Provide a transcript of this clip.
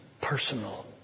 personal